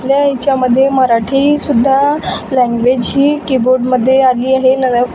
आपल्या याच्यामध्ये मराठी सुद्धा लँग्वेज ही किबोर्डमध्ये आली आहे नव्या